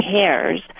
cares